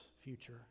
future